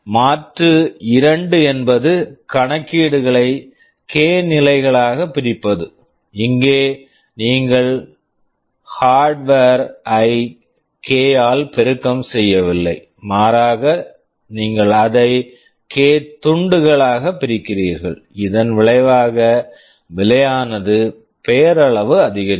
மாற்று 2 என்பது கணக்கீடுகளை கேk நிலைகளாகப் பிரிப்பது இங்கே நீங்கள் ஹார்ட்வர் hardware ஐ கே k ஆல் பெருக்கம் செய்யவில்லை மாறாக நீங்கள் அதை கே k துண்டுகளாகப் பிரிக்கிறீர்கள் இதன் விளைவாக விலையானது பெயரளவு அதிகரிக்கும்